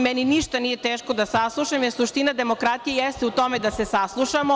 Meni ništa nije teško da saslušam, jer suština demokratije jeste u tome da se saslušamo.